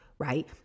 right